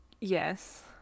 yes